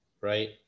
right